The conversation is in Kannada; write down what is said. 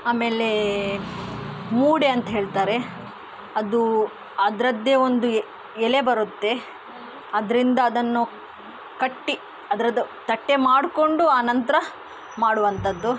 ಆಮೇಲೆ ಮೂಡೆ ಅಂತ ಹೇಳ್ತಾರೆ ಅದು ಅದರದ್ದೇ ಒಂದು ಎಲೆ ಬರುತ್ತೆ ಅದರಿಂದ ಅದನ್ನು ಕಟ್ಟಿ ಅದರದ್ದು ತಟ್ಟೆ ಮಾಡಿಕೊಂಡು ಆ ನಂತರ ಮಾಡುವಂಥದ್ದು